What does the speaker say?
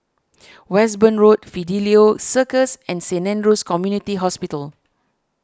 Westbourne Road Fidelio Circus and Saint andrew's Community Hospital